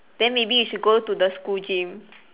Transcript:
then maybe you should go to the school gym